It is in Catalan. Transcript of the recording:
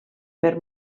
per